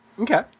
okay